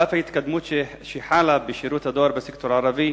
על אף ההתקדמות שחלה בשירות הדואר בסקטור הערבי,